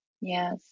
yes